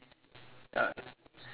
ya